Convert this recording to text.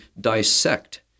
dissect